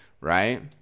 right